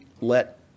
let